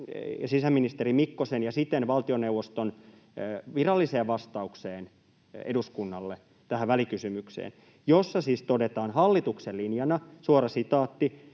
sisäministeri Mikkosen ja siten valtioneuvoston viralliseen vastaukseen eduskunnalle tähän välikysymykseen, jossa siis todetaan hallituksen linjana: ”Selvää on,